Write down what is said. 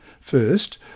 First